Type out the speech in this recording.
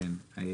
הצבעה אושר כן.